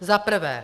Za prvé.